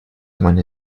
meine